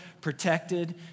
protected